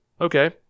okay